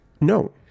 No